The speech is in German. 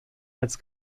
als